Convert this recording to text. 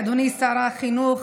אדוני שר החינוך,